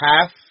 half